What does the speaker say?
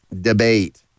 debate